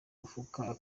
mufuka